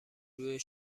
روی